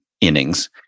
innings